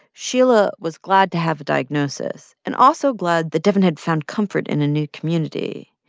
sheila was glad to have a diagnosis and also glad that devyn had found comfort in a new community.